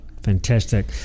Fantastic